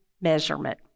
measurement